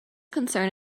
concern